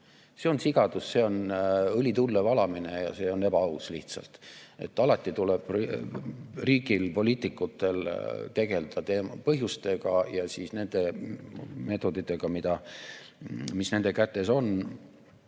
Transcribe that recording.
See on sigadus, õli tulle valamine, ja see on ebaaus lihtsalt. Alati tuleb riigil, poliitikutel tegelda põhjustega ja nende meetoditega, mis nende kätes on,